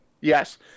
Yes